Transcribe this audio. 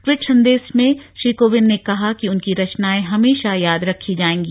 tweet संदेश में श्री कोविंद ने कहा कि उनकी रचनाएं हमेशा याद रखी जाएंगी